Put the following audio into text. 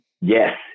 yes